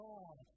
God